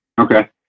Okay